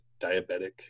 diabetic